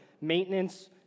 maintenance